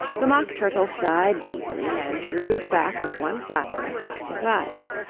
the mock turtle sighed deeply, and drew the back of one flapper across his eyes.